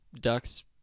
ducks